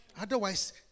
Otherwise